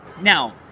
Now